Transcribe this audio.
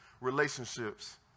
relationships